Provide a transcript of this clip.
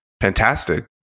fantastic